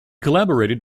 collaborated